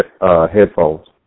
headphones